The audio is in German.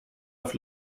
auf